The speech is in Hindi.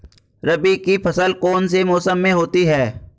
रबी की फसल कौन से मौसम में होती है?